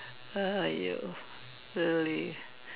!aiyo! really